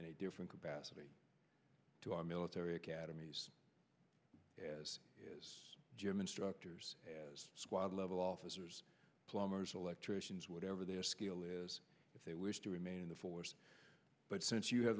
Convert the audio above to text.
a different capacity to our military academies as jim instructors as squad level officers plumbers electricians whatever their skill is if they wish to remain in the force but since you ha